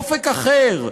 אופק אחר,